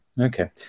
Okay